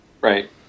Right